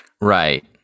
Right